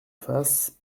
face